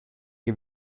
che